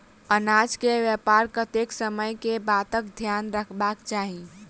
अनाज केँ व्यापार करैत समय केँ बातक ध्यान रखबाक चाहि?